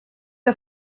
que